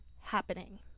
happening